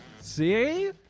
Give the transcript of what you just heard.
See